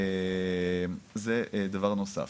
זה דבר נוסף.